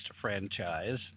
franchise